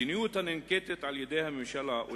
מדיניות הננקטת על-ידי הממשלה,